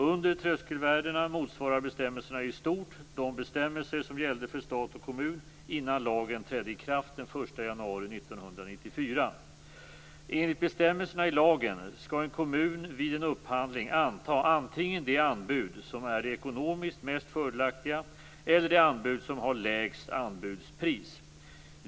Under tröskelvärdena motsvarar bestämmelserna i stort de bestämmelser som gällde för stat och kommun innan lagen trädde i kraft den 1 januari Enligt bestämmelserna i lagen skall en kommun vid en upphandling anta antingen det anbud som är det ekonomiskt mest fördelaktiga eller det anbud som har lägst anbudspris.